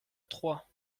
trois